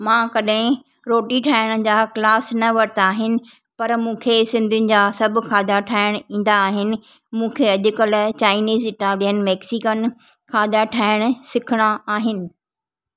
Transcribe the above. मां कॾहिं रोटी ठाहिण जा क्लास न वरिता आहिनि पर मूंखे सिंधियुनि जा सभु खादा ठाहिणु ईंदा आहिनि मूंखे अॼुकल्ह चाइनीज़ थिया मैक्सीकन खादा ठाहिणु सिखिणा आहिनि